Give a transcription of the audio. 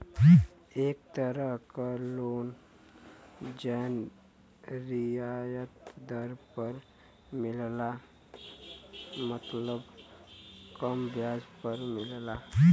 एक तरह क लोन जौन रियायत दर पर मिलला मतलब कम ब्याज पर मिलला